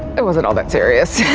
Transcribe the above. it wasn't all that serious.